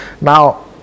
Now